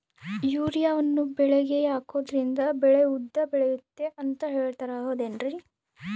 ಯೂರಿಯಾವನ್ನು ಬೆಳೆಗೆ ಹಾಕೋದ್ರಿಂದ ಬೆಳೆ ಉದ್ದ ಬೆಳೆಯುತ್ತೆ ಅಂತ ಹೇಳ್ತಾರ ಹೌದೇನ್ರಿ?